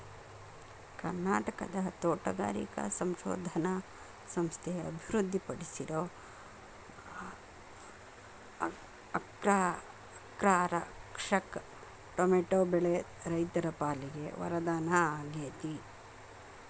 ಕರ್ನಾಟಕದ ತೋಟಗಾರಿಕಾ ಸಂಶೋಧನಾ ಸಂಸ್ಥೆ ಅಭಿವೃದ್ಧಿಪಡಿಸಿರೋ ಅರ್ಕಾರಕ್ಷಕ್ ಟೊಮೆಟೊ ಬೆಳೆ ರೈತರ ಪಾಲಿಗೆ ವರದಾನ ಆಗೇತಿ